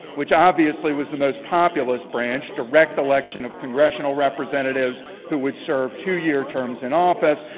which obviously was the most populous branch, direct election of congressional representatives who would serve two-year terms in office.